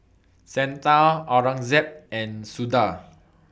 Santha Aurangzeb and Suda